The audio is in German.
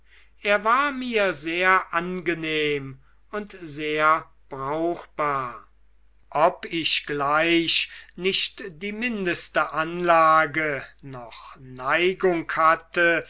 er war mir sehr angenehm und sehr brauchbar ob ich gleich nicht die mindeste anlage noch neigung hatte